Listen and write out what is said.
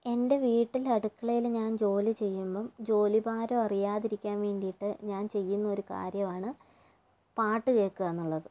എൻ്റെ വീട്ടില് അടുക്കളയില് ഞാൻ ജോലി ചെയ്യുമ്പം ജോലി ഭാരം അറിയാതിരിക്കാൻ വേണ്ടിയിട്ട് ഞാൻ ചെയ്യുന്നൊരു കാര്യമാണ് പാട്ട് കേൾക്കുക എന്നുള്ളത്